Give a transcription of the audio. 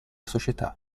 società